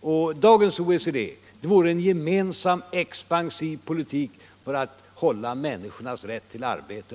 och dagens OECD vore en gemensam expansiv politik för att upprätthålla människornas rätt till arbete.